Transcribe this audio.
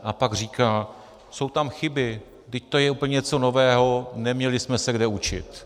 A pak říká jsou tam chyby, vždyť to je úplně něco nového, neměli jsme se kde učit.